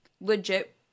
legit